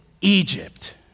Egypt